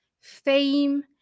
fame